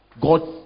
God